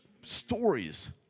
stories